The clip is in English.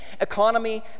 economy